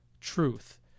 truth